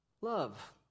Love